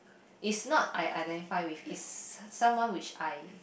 is not I identify with is someone which I